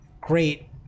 great